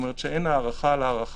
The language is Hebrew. כלומר שאין הארכה על הארכה.